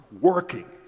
working